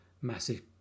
massive